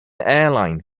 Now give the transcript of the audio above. airline